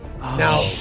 Now